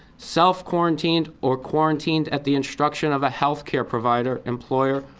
self-quarantined or quarantined at the instruction of a health care provider, employer,